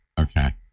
okay